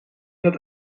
dat